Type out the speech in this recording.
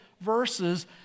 verses